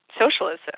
socialism